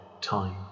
time